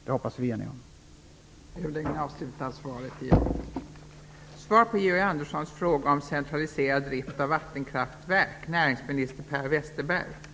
Det hoppas jag att vi är eniga om.